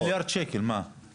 יש לו תשעה מיליארד שקל תוספת...